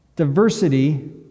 Diversity